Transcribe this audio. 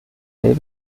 david